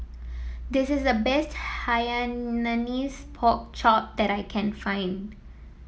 this is the best Hainanese Pork Chop that I can find